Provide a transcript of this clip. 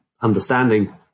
understanding